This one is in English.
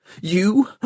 You